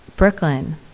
Brooklyn